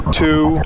two